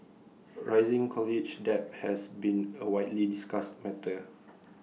rising college debt has been A widely discussed matter